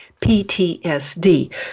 PTSD